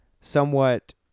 somewhat